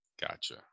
gotcha